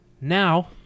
Now